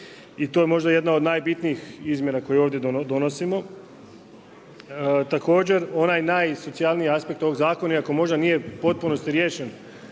i to je možda jedna od najbitnijih izmjena koje ovdje donosimo. Također onaj najsocijalniji aspekt ovog zakona iako možda nije u potpunosti riješen